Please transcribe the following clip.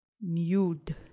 Mute